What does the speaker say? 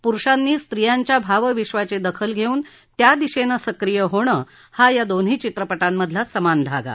पुरुषांनी स्त्रियांच्या भाव विश्वाची दखल घेऊन त्या दिशेने सक्रिय होणे हा या दोन्ही चित्रपटांमधला समान धागा